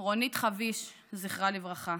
רונית חביש, זכרה לברכה,